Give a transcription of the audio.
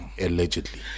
allegedly